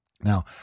Now